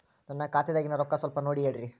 ನನ್ನ ಖಾತೆದಾಗಿನ ರೊಕ್ಕ ಸ್ವಲ್ಪ ನೋಡಿ ಹೇಳ್ರಿ